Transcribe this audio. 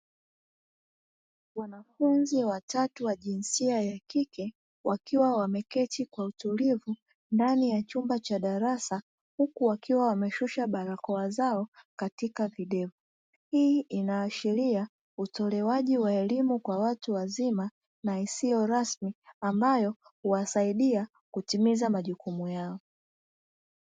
Wanafunzi watatu wa jinsia ya kike wakiwa wameketi kwa utulivu ndani ya chumba cha darasa, huku wakiwa wameshusha barakoa zao katika videvu. Hii inaashiria utolewaji wa elimu kwa watu wazima na isiyo rasmi ambayo huwasaidia kutimiza majukumu yao.